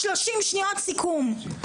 30 שניות, סיכום.